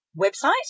website